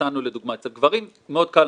מצב של ברירת מחדל